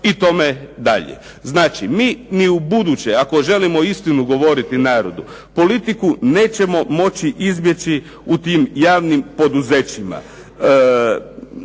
i tome dalje. Znači, mi ni u buduće ako želimo istinu govoriti narodu politiku nećemo moći izbjeći u tim javnim poduzećima.